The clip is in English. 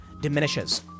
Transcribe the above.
diminishes